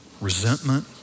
resentment